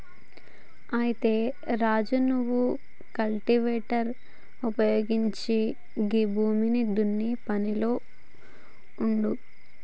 అయితే రాజు నువ్వు కల్టివేటర్ ఉపయోగించి గీ భూమిని దున్నే పనిలో ఉండు